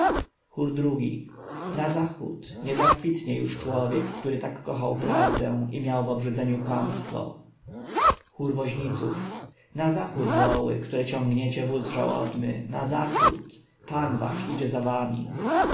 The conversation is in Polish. ii na zachód nie zakwitnie już człowiek który tak kochał prawdę i miał w obrzydzeniu kłamstwo chór woźniców na zachód woły które ciągniecie wóz żałobny na zachód pan wasz idzie za wami